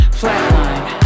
flatline